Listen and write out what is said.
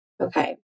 Okay